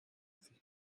sich